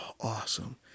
awesome